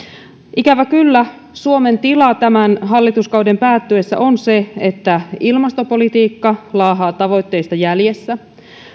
ikävä kyllä suomen tila tämän hallituskauden päättyessä on se että ilmastopolitiikka laahaa tavoitteista jäljessä